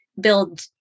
build